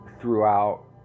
throughout